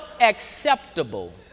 acceptable